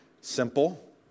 simple